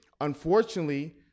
unfortunately